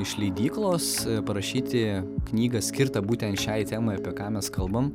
iš leidyklos parašyti knygą skirtą būtent šiai temai apie ką mes kalbam